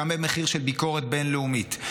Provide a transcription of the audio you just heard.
גם במחיר של ביקורת בין-לאומית.